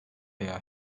veya